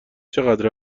چقدر